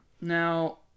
now